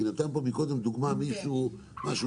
כי נתן פה מקודם דוגמה מישהו על משהו